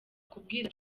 kubwira